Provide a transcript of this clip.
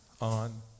on